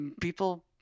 people